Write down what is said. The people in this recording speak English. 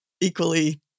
equally